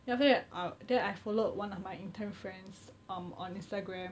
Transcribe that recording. then after that uh then I followed one of my intern friends um on Instagram